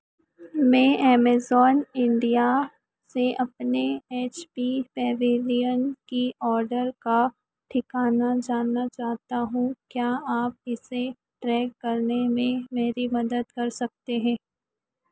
मैं Amazon India से अपने एच पी पेविलियन की ऑर्डर का ठिकाना जानना चाहता हूँ क्या आप इसे ट्रैक करने में मेरी मदद कर सकते हैं